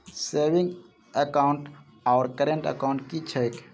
Saving account आओर current account की छैक?